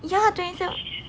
ya twenty seven